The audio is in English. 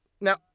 Now